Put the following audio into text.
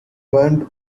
bernd